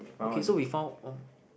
okay so we found